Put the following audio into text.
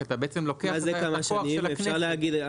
כי אתה בעצם לוקח את הכוח של הכנסת.